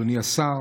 אדוני השר,